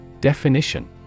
Definition